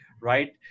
Right